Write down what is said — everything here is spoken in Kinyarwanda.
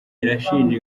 irashinja